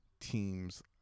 team's